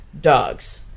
dogs